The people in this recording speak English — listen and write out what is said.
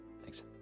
Thanks